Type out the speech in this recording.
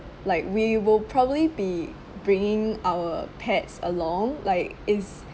like we will probably be bringing our pets along like it's